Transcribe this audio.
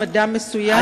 של אדם מסוים,